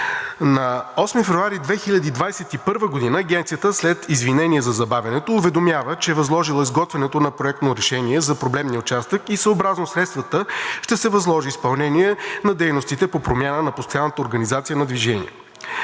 На 8 февруари 2021 г. Агенцията след извинение за забавянето уведомява, че е възложила изготвянето на проектно решение за проблемния участък и съобразно средствата ще се възложи изпълнение на дейностите по промяна на постоянната организация на движение.